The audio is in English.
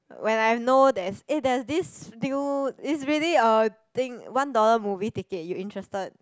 when I know there is eh there is this deal is really a thing one dollar movie ticket you interested